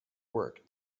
work